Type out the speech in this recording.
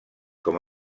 com